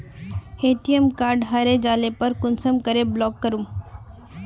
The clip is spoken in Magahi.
ए.टी.एम कार्ड हरे जाले पर कुंसम के ब्लॉक करूम?